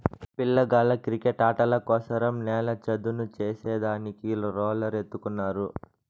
పిల్లగాళ్ళ కిరికెట్టాటల కోసరం నేల చదును చేసే దానికి రోలర్ ఎత్తుకున్నారు